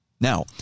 Now